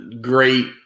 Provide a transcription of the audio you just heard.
great